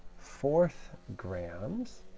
fourth grams.